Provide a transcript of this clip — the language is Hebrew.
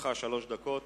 לרשותך שלוש דקות.